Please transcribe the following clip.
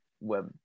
web